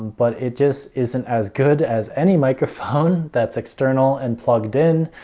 but it just isn't as good as any microphone that's external and plugged in.